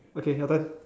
okay your turn